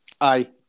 Aye